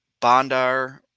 Bondar